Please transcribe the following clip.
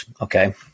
okay